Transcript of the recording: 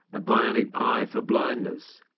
a bionic eye for blindness,